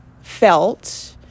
felt